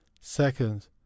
Second